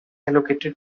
allocated